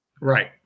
Right